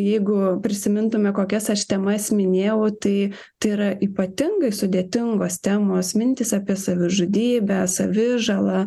jeigu prisimintume kokias aš temas minėjau tai tai yra ypatingai sudėtingos temos mintys apie savižudybę savižala